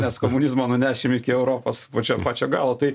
nes komunizmo nunešim iki europos pačio pačio galo tai